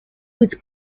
with